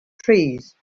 trees